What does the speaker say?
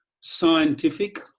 scientific